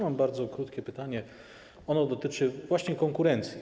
Mam bardzo krótkie pytanie, ono dotyczy właśnie konkurencji.